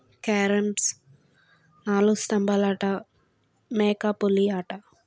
carroms నాలుగు స్తంభాల ఆట మేక పులి ఆట